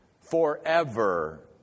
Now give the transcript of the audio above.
forever